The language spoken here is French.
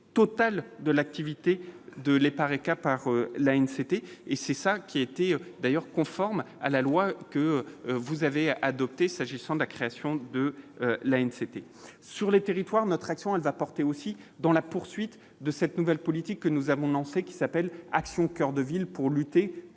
de l'activité de l'Epareca par là, c'était et c'est ça qui était d'ailleurs conforme à la loi que vous avez adopté s'agissant de la création de l'ANC sur les territoires, notre action, elle va porter aussi dans la poursuite de cette nouvelle politique que nous avons lancée, qui s'appelle Action coeur de ville pour lutter contre